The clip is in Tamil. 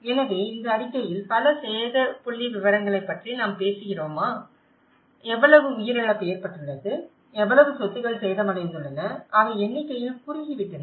எனவே இந்த அறிக்கைகளில் பல சேத புள்ளிவிவரங்களைப் பற்றி நாம் பேசுகிறோமா எவ்வளவு உயிர் இழப்பு ஏற்பட்டுள்ளது எவ்வளவு சொத்துக்கள் சேதமடைந்துள்ளன அவை எண்ணிகையில் குறுகிவிட்டன